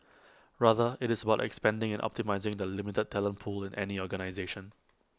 rather IT is about expanding and optimising the limited talent pool in any organisation